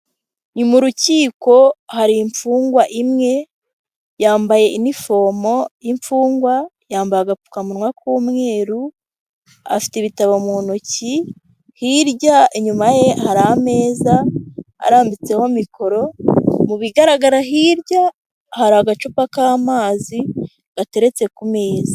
Mu rukiko hari imfungwa imwe yambaye iniforomo y'imfungwa yambaye agapfukamunwa k'umweru, afite ibitabo mu ntoki. Hirya inyuma ye hari ameza arambitseho mikoro, mu bigaragara hirya hari agacupa k'amazi gateretse ku meza.